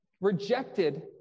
rejected